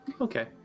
Okay